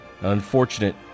unfortunate